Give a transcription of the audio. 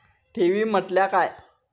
ठेवी म्हटल्या काय?